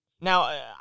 now